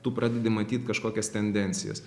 tu pradedi matyt kažkokias tendencijas